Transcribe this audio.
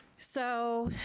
so,